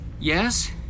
yes